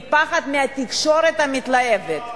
מפחד מהתקשורת המתלהבת.